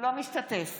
משתתף